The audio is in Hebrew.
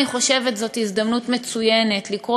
אני חושבת שזאת הזדמנות מצוינת לקרוא